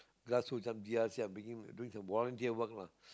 glass food some d_l_c making doing some volunteer work lah